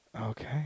Okay